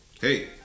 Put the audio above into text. Hey